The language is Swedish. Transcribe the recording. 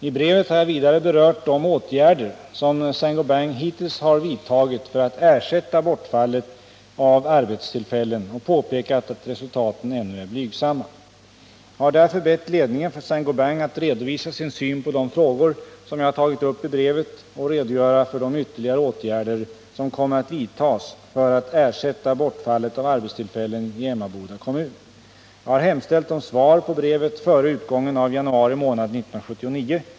I brevet har jag vidare berört de åtgärder som Saint Gobain hittills har vidtagit för att ersätta bortfallet av arbetstillfällen och påpekat att resultaten ännu är blygsamma. Jag har därför bett ledningen för Saint Gobain att redovisa sin syn på de frågor som jag har tagit upp i brevet och redogöra för de ytterligare åtgärder som kommer att vidtas för att ersätta bortfallet av arbetstillfällen i Emmaboda kommun. Jag har hemställt om svar på brevet före utgången av januari månad 1979.